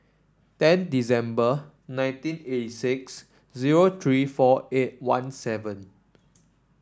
ten December nineteen eighty six zero three four eight one seven